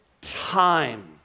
time